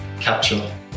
capture